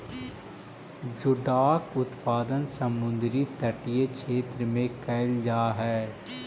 जोडाक उत्पादन समुद्र तटीय क्षेत्र में कैल जा हइ